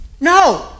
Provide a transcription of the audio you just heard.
No